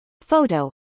Photo